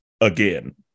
again